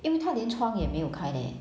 因为他连窗也没有开 leh